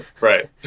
Right